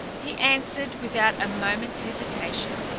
he answered without a moment's hesitation.